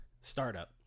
startup